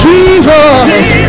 Jesus